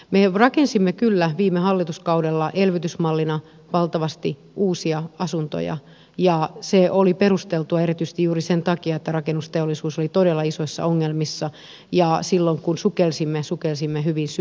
me rakensimme kyllä viime hallituskaudella elvytysmallina valtavasti uusia asuntoja ja se oli perusteltua erityisesti juuri sen takia että rakennusteollisuus oli todella isoissa ongelmissa ja silloin kun sukelsimme sukelsimme hyvin syvästi